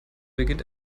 beginnt